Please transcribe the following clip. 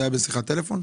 זה היה בשיחת טלפון?